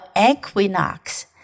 equinox